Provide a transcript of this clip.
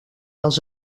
els